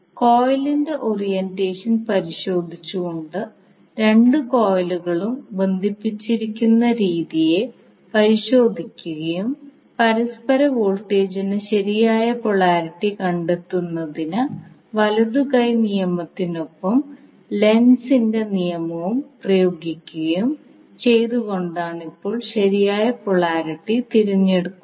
കോയിലിന്റെ ഓറിയന്റേഷൻ പരിശോധിച്ചുകൊണ്ട് രണ്ട് കോയിലുകളും ബന്ധിപ്പിച്ചിരിക്കുന്ന രീതിയെ പരിശോധിക്കുകയും പരസ്പര വോൾട്ടേജിന് ശരിയായ പൊളാരിറ്റി കണ്ടെത്തുന്നതിന് വലതു കൈ നിയമത്തിനൊപ്പം ലെൻസിന്റെ നിയമവും പ്രയോഗിക്കുകയും ചെയ്തു കൊണ്ടാണ് ഇപ്പോൾ ശരിയായ പൊളാരിറ്റി തിരഞ്ഞെടുക്കുന്നത്